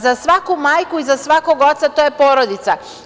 Za svaku majku i za svakog oca to je porodica.